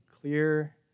clear